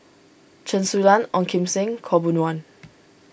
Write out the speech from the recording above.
Chen Su Lan Ong Kim Seng Khaw Boon Wan